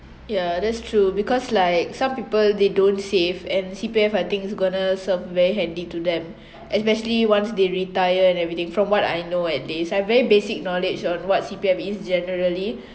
ya that's true because like some people they don't save and C_P_F I think is gonna serve very handy to them especially once they retire and everything from what I know at least i have very basic knowledge on what C_P_F is generally